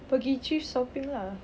pergi cheap shopping lah